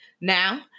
Now